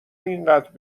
اینقد